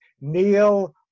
Neil